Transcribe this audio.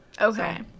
Okay